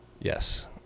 Yes